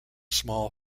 small